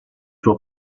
suo